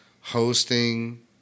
hosting